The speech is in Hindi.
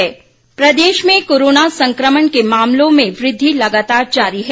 हिमाचल कोरोना प्रदेश में कोरोना संक्रमण के मामलों में वृद्धि लगातार जारी है